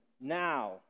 now